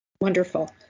Wonderful